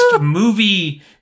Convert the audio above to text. movie